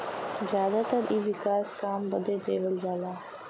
जादातर इ विकास काम बदे देवल जाला